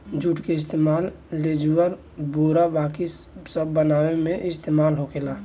जुट के इस्तेमाल लेजुर, बोरा बाकी सब बनावे मे इस्तेमाल होखेला